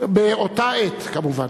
באותה עת כמובן.